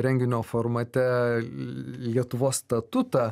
renginio formate lietuvos statutą